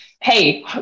hey